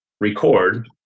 record